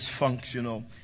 dysfunctional